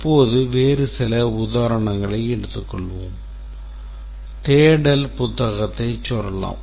இப்போது வேறு சில உதாரணங்களை எடுத்துக்கொள்வோம் தேடல் புத்தகத்தை சொல்லலாம்